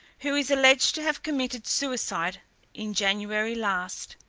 who is alleged to have committed suicide in january last.